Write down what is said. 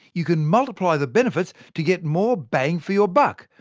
you can multiply the benefits, to get more bang for your buck!